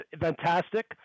fantastic